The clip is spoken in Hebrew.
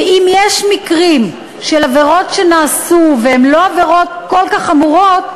ואם יש מקרים של עבירות שנעשו והן לא עבירות כל כך חמורות,